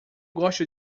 gosto